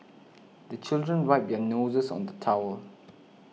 the children wipe their noses on the towel